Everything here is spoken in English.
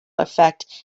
effect